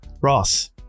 Ross